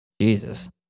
Jesus